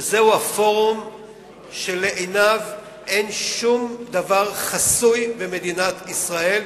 שזה הפורום שאין שום דבר חסוי לעיניו במדינת ישראל,